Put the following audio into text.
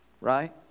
right